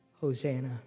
Hosanna